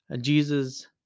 Jesus